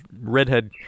redhead